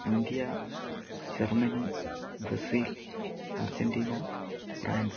India Germany Brazil Argentina France